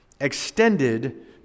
extended